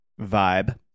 vibe